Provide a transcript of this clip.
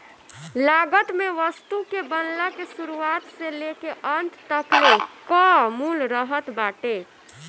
लागत में वस्तु के बनला के शुरुआत से लेके अंत तकले कअ मूल्य रहत बाटे